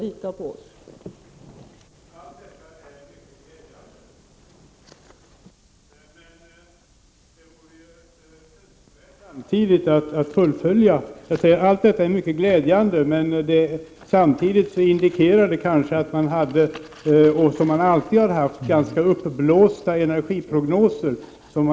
Lita på oss!